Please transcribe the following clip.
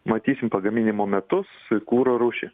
matysim pagaminimo metus kuro rūšį